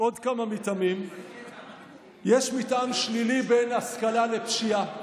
שנים אתם בשלטון.